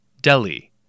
Delhi